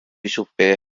chupe